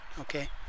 Okay